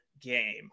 game